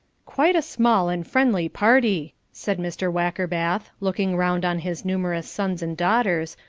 quite a small and friendly party! said mr. wackerbath, looking round on his numerous sons and daughters,